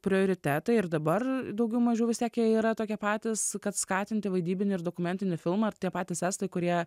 prioritetai ir dabar daugiau mažiau vis tiek jie yra tokie patys kad skatinti vaidybinį ir dokumentinį filmą ir tie patys estai kurie